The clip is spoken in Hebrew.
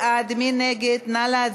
עברה בקריאה טרומית ועוברת לוועדת הפנים